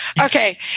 okay